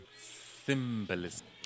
Symbolism